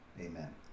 amen